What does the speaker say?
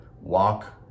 walk